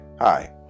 Hi